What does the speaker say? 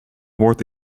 woord